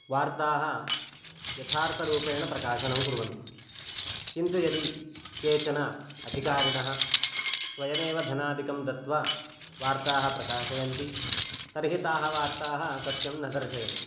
वार्ताः यथार्थरूपेण प्रकाशनं कुर्वन् किन्तु यदि केचन अधिकारिणः स्वयमेव धनादिकं दत्वा वार्ताः प्रकाशयन्ति तर्हि ताः वार्ताः सत्यं न दर्शयन्ति